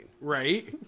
right